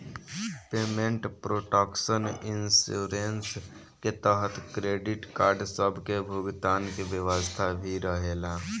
payment protection insurance के तहत credit card सब के भुगतान के व्यवस्था भी रहेला